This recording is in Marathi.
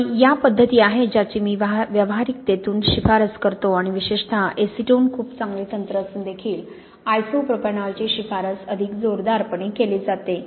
आणि या पद्धती आहेत ज्याची मी व्यावहारिकतेतून शिफारस करतो आणि विशेषतः एसीटोन खूप चांगले तंत्र असून देखील आयसोप्रोप्यानॉल ची शिफारस अधिक जोरदारपणे केली जाते